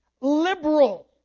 liberal